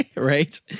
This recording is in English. right